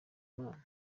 imana